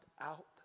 out